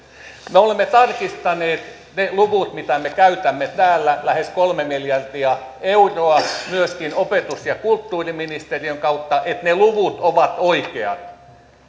me olemme tarkistaneet ne luvut mitä me käytämme täällä lähes kolme miljardia euroa myöskin opetus ja kulttuuriministeriön kautta että ne luvut ovat oikeat